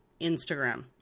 Instagram